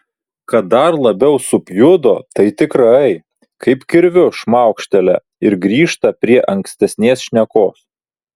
kad dar labiau supjudo tai tikrai kaip kirviu šmaukštelia ir grįžta prie ankstesnės šnekos